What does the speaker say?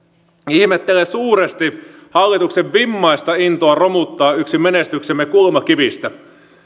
ihmettelen suuresti hallituksen vimmaista intoa romuttaa yksi menestyksemme kulmakivistä